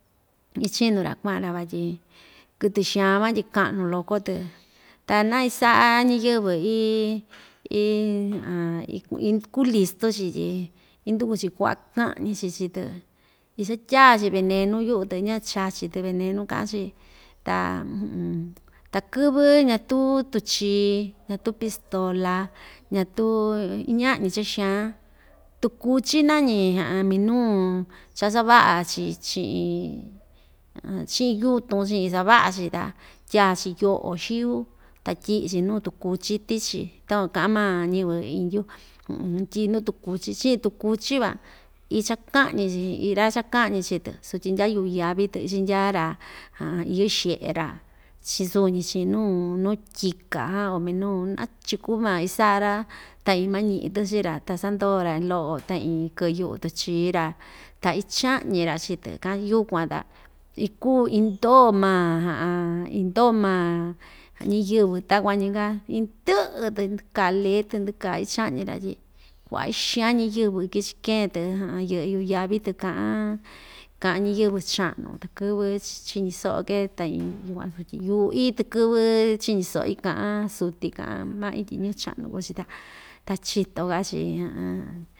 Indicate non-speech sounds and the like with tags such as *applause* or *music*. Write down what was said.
Ichínu‑ra kua'an‑ra vatyi kɨtɨ xaan van tyi ka'nu loko‑tɨ ta na isa'a ñiyɨvɨ ii ii *hesitation* iku listu‑chi tyi induku‑chi ku'va ka'ñi‑chi chii‑tɨ ichatyaa‑chi venenu yu'u‑tɨ ña‑chachi‑tɨ venenu ka'an‑chi ta *hesitation* takɨ́vɨ ñatu tuchii ñatu pistola, ñatu ña'ñi cha xaan tukúchi nañi *hesitation* minuu cha sava'a‑chi chi'in chi'in yutun chi'in sava'a‑chi ta tya‑chi yo'o xiu ta tyi'i‑chi nuu tukúchi tichi, takuan ka'a maa ñɨvɨ indyu *hesitation* tyi nuu tukuchi chi'i tukúchi van ichaka'ñi iin ra‑chaka'ñi chii‑tɨ sutyi ndya yu'u yavi‑tɨ ichindyaa‑ra *hesitation* iyɨ'ɨ xe'e‑ra chi suu‑ñi chi'in nuu nuu tyika jan o minu na‑chuku ma isa'a‑ra ta iin mañi'i‑tɨ chii‑ra ta sandoo‑ra lo'o *noise* ta iin kɨ'ɨ yu'u tuchii‑ra ta icha'ñi‑ra chii‑tɨ ka yukuan ta ikuu indoo ma *hesitation* indoo maa ñiyɨvɨ takuan‑ñi‑ka indɨ'ɨ‑tɨ ndɨ‑kaa lee‑tɨ ndɨ‑kaa icha'ñi‑ra tyi kua'a xaan ñiyɨvɨ ikichi keen‑tɨ *hesitation* yɨ'ɨ yu'u yavi‑tɨ ka'an ka'an ñiyɨvɨ cha'nu takɨ́vɨ chiñi so'o‑ke ta iin *noise* yukuan sutyi yu'i takɨ́vɨ chiñi so'i ka'an suti ka'an ma'i tyi ñɨvɨ cha'nu kuu‑chi ta ta chitoka‑chi. *hesitation*